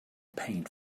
paint